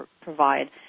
provide